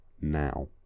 now